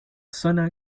zona